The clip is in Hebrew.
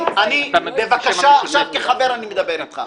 אני מבקש שיירשם כהסתייגות --- אבל חברים, באמת.